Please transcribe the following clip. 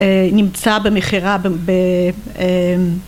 ‫נמצא במכירה ב, ב...